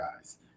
guys